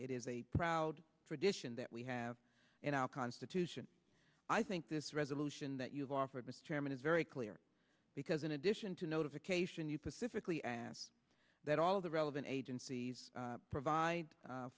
it is a proud tradition that we have in our constitution i think this resolution that you've offered mr chairman is very clear because in addition to notification you pacifically asked that all of the relevant agencies provide